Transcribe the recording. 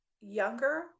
younger